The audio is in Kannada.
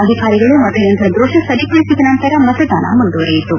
ಅಧಿಕಾರಿಗಳು ಮತಯಂತ್ರ ದೋಷ ಸರಿಪಡಿಸಿದ ನಂತರ ಮತದಾನ ಮುಂದುವರಿಯಿತು